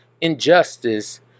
injustice